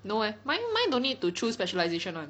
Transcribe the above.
no eh mine mine don't need to choose specialisation [one]